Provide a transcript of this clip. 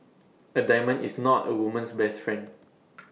A diamond is not A woman's best friend